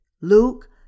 Luke